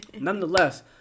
Nonetheless